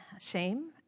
shame